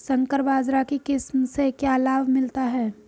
संकर बाजरा की किस्म से क्या लाभ मिलता है?